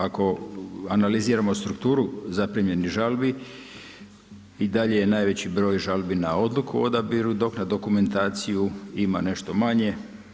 Ako analiziramo strukturu zaprimljenih žalbi i dalje je najveći broj žalbi na odluku o odabiru, dok na dokumentaciju ima nešto manje.